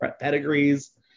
pedigrees